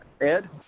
Ed